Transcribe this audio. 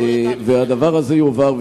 הדבר הזה יועבר.